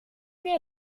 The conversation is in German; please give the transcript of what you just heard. wir